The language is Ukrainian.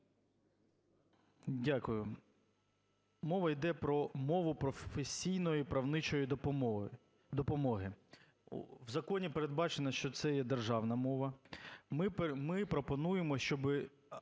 Дякую. Мова йде про мову професійної правничої допомоги. В законі передбачено, що це є державна мова. Ми пропонуємо, щоб